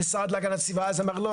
המשרד להגנת הסביבה אז אמר 'לא,